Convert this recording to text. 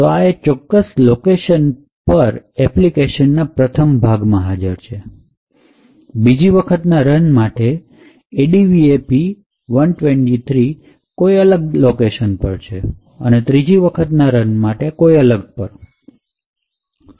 તો એ કોઈ ચોક્કસ લોકેશન પર એપ્લિકેશન ના પ્રથમ ભાગમાં હાજર છે બીજી વખત ના રન માટે ADVAP૧૨૩ અલગ લોકેશન પર છે અને ત્રીજા રન માં કોઈ અલગ લોકેશન પર